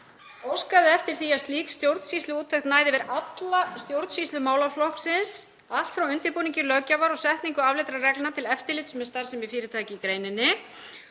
óskaði eftir því að slík stjórnsýsluúttekt næði yfir alla stjórnsýslu málaflokksins, allt frá undirbúningi löggjafar og setningu afleiddra reglna til eftirlits með starfsemi fyrirtækja í greininni